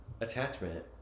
attachment